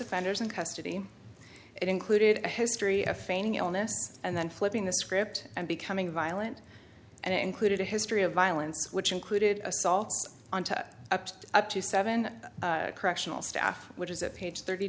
offenders in custody it included a history of feigning illness and then flipping the script and becoming violent and it included a history of violence which included assaults on top up to up to seven correctional staff which is at page thirty